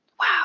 wow